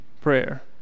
prayer